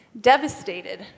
devastated